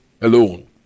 alone